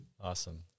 Awesome